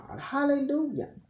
Hallelujah